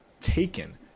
taken